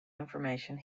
information